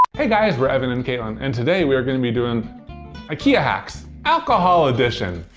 hey guys, we're evan and katelyn. and today, we're gonna be doing ikea hacks, alcohol edition.